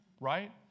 right